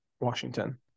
Washington